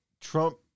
Trump